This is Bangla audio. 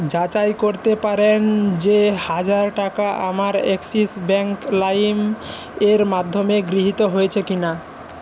যাচাই করতে পারেন যে হাজার টাকা আমার অ্যাক্সিস ব্যাঙ্ক লাইম এর মাধ্যমে গৃহীত হয়েছে কি না